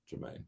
Jermaine